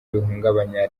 bihungabanya